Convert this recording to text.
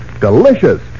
Delicious